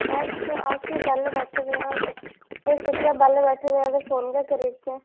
बस अस बेह्ले बैठे दे आं ते सोचेआ बेह्ले बैठे दे आं ते फोन गै करी ओड़चै